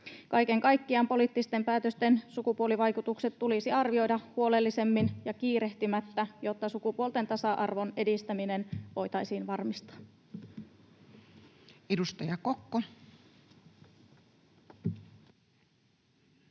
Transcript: Kaiken kaikkiaan poliittisten päätösten sukupuolivaikutukset tulisi arvioida huolellisemmin ja kiirehtimättä, jotta sukupuolten tasa-arvon edistäminen voitaisiin varmistaa. [Speech 384]